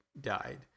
died